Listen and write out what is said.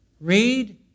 Read